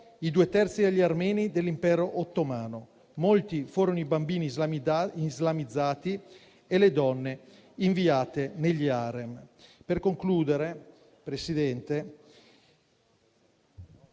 i due terzi degli armeni dell'impero ottomano. Molti furono i bambini islamizzati e le donne inviate negli *harem*. Signora Presidente,